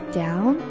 down